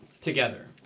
Together